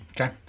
Okay